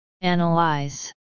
Analyze